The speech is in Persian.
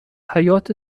حیاط